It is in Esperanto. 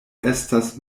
estas